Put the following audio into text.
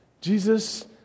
Jesus